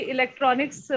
Electronics